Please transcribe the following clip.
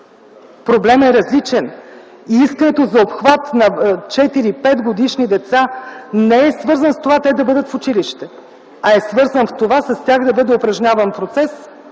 Проблемът е различен. Искането за обхват на 4-5-годишни деца не е свързан с това те да бъдат в училище, а е свързано с това с тях да бъде упражняван процес